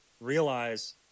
realize